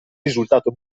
risultato